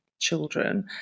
children